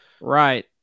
Right